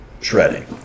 shredding